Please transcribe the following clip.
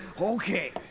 okay